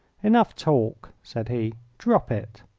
enough talk! said he. drop it!